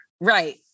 Right